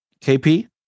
KP